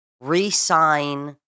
re-sign